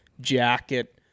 jacket